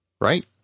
Right